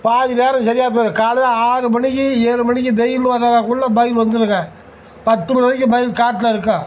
பாதி நேரம் சரியாப் போயிடும் காலையில் ஆறு மணிக்கி ஏழு மணிக்கி வெயில் வரக்குள்ளே மயில் வந்துடுங்க பத்து மணி வரைக்கும் மயில் காட்டில் இருக்கும்